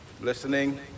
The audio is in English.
listening